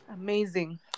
Amazing